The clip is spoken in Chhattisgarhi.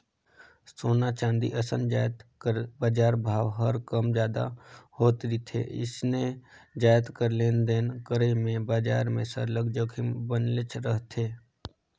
सोना, चांदी असन जाएत कर बजार भाव हर कम जादा होत रिथे अइसने जाएत कर लेन देन करई में बजार में सरलग जोखिम बनलेच रहथे